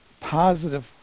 positive